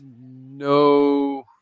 No